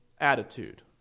attitude